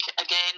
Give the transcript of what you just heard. again